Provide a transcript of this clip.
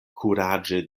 kuraĝe